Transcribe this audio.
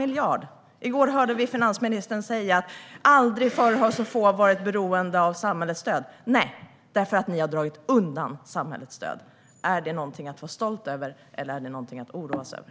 I går hörde vi finansministern säga: Aldrig förr har så få varit beroende av samhällets stöd. Nej, därför att ni har dragit undan samhällets stöd. Är det någonting att vara stolt över eller är det någonting att oroas över?